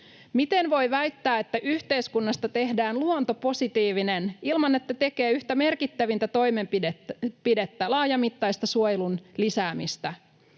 Miten voi väittää, että yhteiskunnasta tehdään luontopositiivinen ilman, että tekee yhtä merkittävintä toimenpidettä, laajamittaista suojelun lisäämistä?